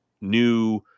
new